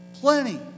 Plenty